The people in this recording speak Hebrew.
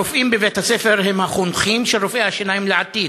הרופאים בבית-הספר הם החונכים של רופאי השיניים לעתיד,